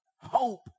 hope